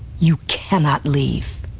you cannot leave.